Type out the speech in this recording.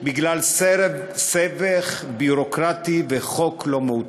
בגלל סבך ביורוקרטי וחוק לא מעודכן.